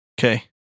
Okay